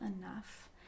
enough